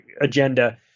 agenda